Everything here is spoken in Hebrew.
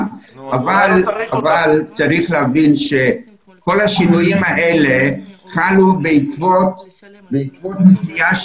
אבל צריך להבין שכל השינויים האלה חלו בעקבות נסיעה